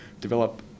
develop